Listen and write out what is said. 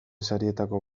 sarietako